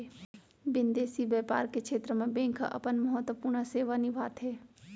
बिंदेसी बैपार के छेत्र म बेंक ह अपन महत्वपूर्न सेवा निभाथे